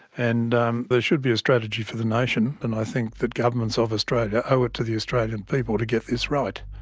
and um there should be a strategy for the nation and i think that governments of australia owe it to the australian people to get this right.